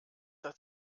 das